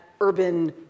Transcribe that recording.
urban